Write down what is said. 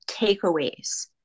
takeaways